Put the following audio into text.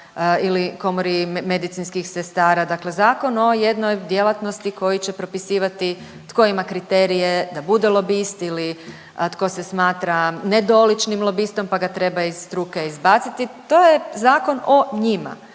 ili komori medicinskih sestara, dakle zakon o jednoj djelatnosti koji će propisivati tko ima kriterije da bude lobist ili, a tko se smatra nedoličnim lobistom, pa ga treba iz struke izbaciti, to je zakon o njima,